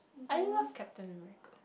I love Captain America